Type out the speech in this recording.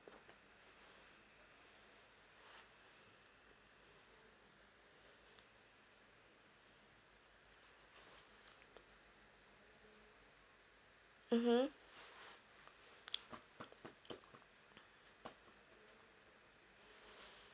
mmhmm